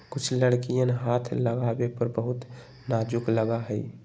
कुछ लकड़ियन हाथ लगावे पर बहुत नाजुक लगा हई